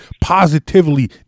positively